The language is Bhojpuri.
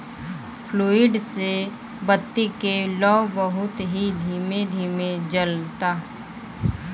फ्लूइड से बत्ती के लौं बहुत ही धीमे धीमे जलता